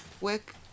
work